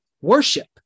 Worship